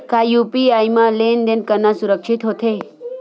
का यू.पी.आई म लेन देन करना सुरक्षित होथे?